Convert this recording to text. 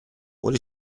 what